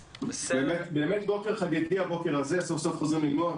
באמת בוקר חגיגי הבוקר הזה, סוף סוף חוזרים ללמוד,